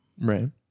right